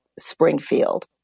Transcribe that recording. Springfield